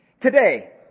Today